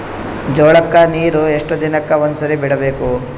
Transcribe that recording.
ಜೋಳ ಕ್ಕನೀರು ಎಷ್ಟ್ ದಿನಕ್ಕ ಒಂದ್ಸರಿ ಬಿಡಬೇಕು?